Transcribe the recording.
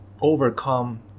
overcome